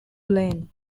lane